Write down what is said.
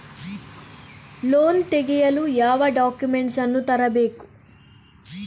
Loan ತೆಗೆಯಲು ಯಾವ documents ಅನ್ನು ತರಬೇಕು?